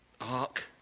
Ark